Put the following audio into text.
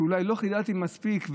שאולי לא חידדתי מספיק.